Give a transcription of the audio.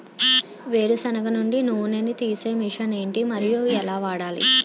వేరు సెనగ నుండి నూనె నీ తీసే మెషిన్ ఏంటి? మరియు ఎలా వాడాలి?